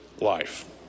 life